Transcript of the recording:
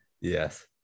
Yes